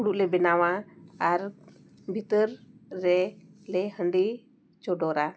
ᱯᱷᱩᱲᱩᱜ ᱞᱮ ᱵᱮᱱᱟᱣᱟ ᱟᱨ ᱵᱷᱤᱛᱟᱹᱨ ᱨᱮ ᱞᱮ ᱦᱟᱺᱰᱤ ᱪᱚᱰᱚᱨᱟ